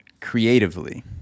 creatively